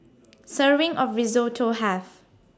Serving of Risotto Have